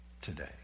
today